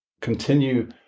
continue